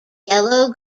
yellow